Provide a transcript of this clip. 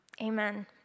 Amen